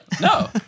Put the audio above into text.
No